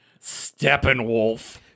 Steppenwolf